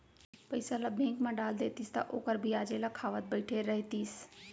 पइसा ल बेंक म डाल देतिस त ओखर बियाजे ल खावत बइठे रहितिस